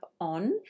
on